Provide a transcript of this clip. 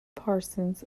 parsons